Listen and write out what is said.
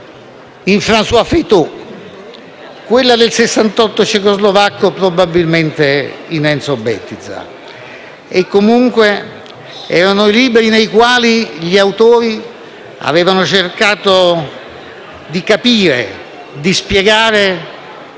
in François Fejtö, quella del Sessantotto cecoslovacco probabilmente in Enzo Bettiza. E, comunque, erano libri in cui gli autori avevano cercato di capire e spiegare